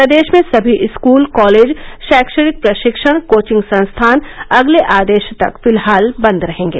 प्रदेश में सभी school college शैक्षणिक प्रशिक्षण कोचिंग संस्थान अगले आदेश तक फिलहाल बंद रहेंगे